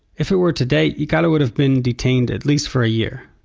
if it were today, yikealo would have been detained, at least for a year.